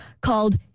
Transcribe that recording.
called